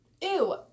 Ew